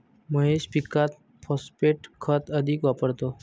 महेश पीकात फॉस्फेट खत अधिक वापरतो